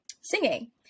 singing